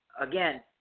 again